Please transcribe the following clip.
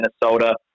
Minnesota